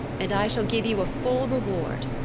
and i shall give you a full reward.